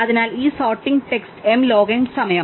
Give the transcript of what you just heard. അതിനാൽ ഈ sorting text m log m സമയം